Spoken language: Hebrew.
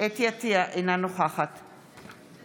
חוה אתי עטייה, אינה נוכחת יצחק